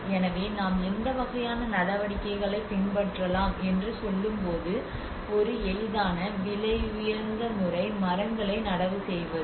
எனவே நாம் எந்த வகையான நடவடிக்கைகளை பின்பற்றலாம் என்று சொல்லும்போது ஒரு எளிதான விலையுயர்ந்த முறை மரங்களை நடவு செய்வது